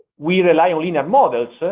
we rely on linear models,